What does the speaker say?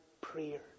prayer